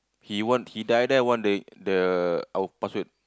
he want he die die want the the our password